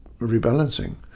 rebalancing